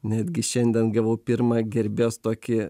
netgi šiandien gavau pirmą gerbėjos tokį